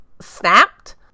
snapped